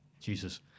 Jesus